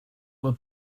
were